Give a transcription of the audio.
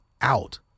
out